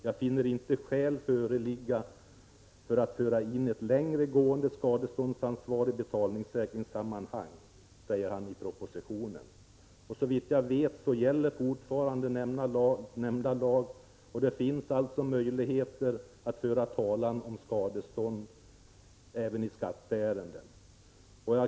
Jag finner inte skäl föreligga för att föra in ett längre gående skadeståndsansvar i betalningssäkringssammanhang.” Så skrev Mundebo. Såvitt jag vet gäller fortfarande nämnda lag, och det finns alltså möjligheter att föra talan om skadestånd även i skatteärenden.